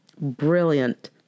Brilliant